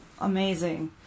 Amazing